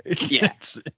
Yes